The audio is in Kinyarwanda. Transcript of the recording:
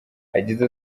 yagize